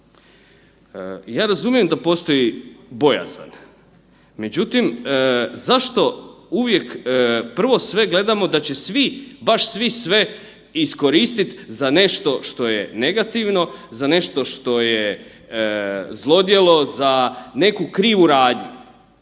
Ja razumijem da postoji bojazan. Međutim, zašto uvijek prvo sve gledamo da će svi, baš svi sve iskoristit za nešto što je negativno, za nešto što je zlodjelo za neku krivu radnju.